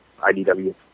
IDW